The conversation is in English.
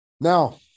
now